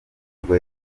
nibwo